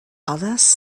others